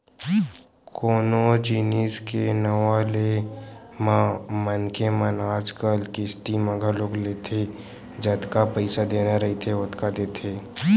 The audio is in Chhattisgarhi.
कोनो जिनिस के नवा ले म मनखे मन आजकल किस्ती म घलोक लेथे जतका पइसा देना रहिथे ओतका देथे